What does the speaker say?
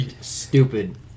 stupid